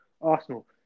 Arsenal